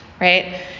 right